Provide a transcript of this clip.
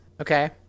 okay